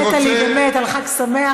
החמאת לי באמת, על חג שמח.